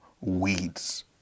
weeds